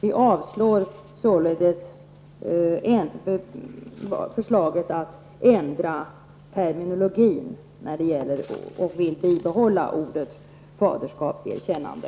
Vi avstyrker således förslaget att ändra terminologin. Vi vill bibehålla ordet faderskapserkännande.